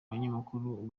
umunyamakuru